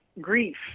grief